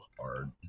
hard